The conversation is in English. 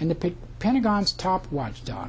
and the pig pentagon's top watchdog